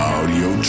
Audio